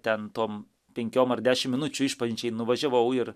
ten tom penkiom ar dešim minučių išpažinčiai nuvažiavau ir